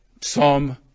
Psalm